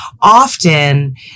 often